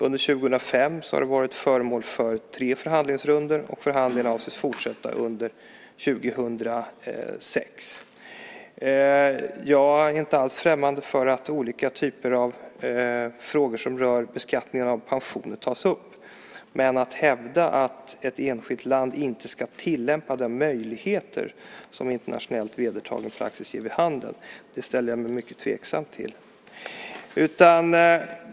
Under 2005 har det varit föremål för tre förhandlingsrundor, och förhandlingarna avses fortsätta under 2006. Jag är inte alls främmande för att olika typer av frågor, som beskattningen av pensioner, tas upp, men att hävda att ett enskilt land inte ska tillämpa de möjligheter som internationellt vedertagen praxis ger vid handen ställer jag mig mycket tveksam till.